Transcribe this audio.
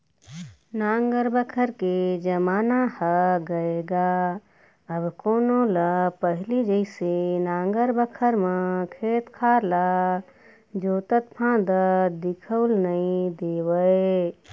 नांगर बखर के जमाना ह गय गा अब कोनो ल पहिली जइसे नांगर बखर म खेत खार ल जोतत फांदत दिखउल नइ देवय